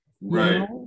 Right